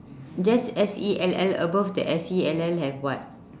that's S E L L above the S E L L have what